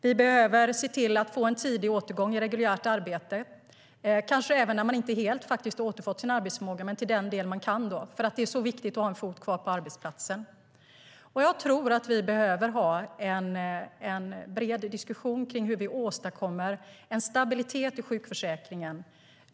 Vi behöver se till att få en tidig återgång i reguljärt arbete, kanske även när man inte helt har återfått sin arbetsförmåga men i den mån man kan, eftersom det är så viktigt att ha en fot kvar på arbetsplatsen. Vi har nu vid ganska många tillfällen sett att det finns en slagighet i sjukskrivningarna.